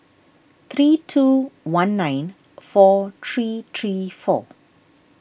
three two one nine four three three four